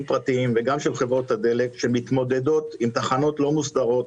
פרטיים וגם של חברות הדלק שמתמודדות עם תחנות לא מוסדרות